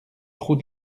trou